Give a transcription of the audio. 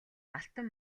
алтан